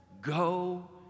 go